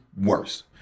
worse